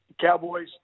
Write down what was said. Cowboys